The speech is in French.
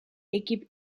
équipe